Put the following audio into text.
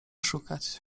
szukać